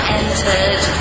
entered